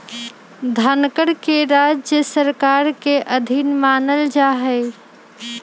धनकर के राज्य सरकार के अधीन मानल जा हई